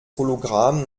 hologramm